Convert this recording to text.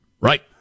Right